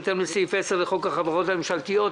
בהתאם לסעיף 10 לחוק החברות הממשלתיות.